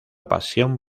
pasión